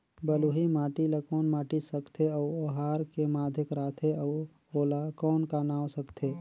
बलुही माटी ला कौन माटी सकथे अउ ओहार के माधेक राथे अउ ओला कौन का नाव सकथे?